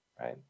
right